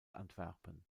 antwerpen